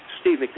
Steve